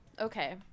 Okay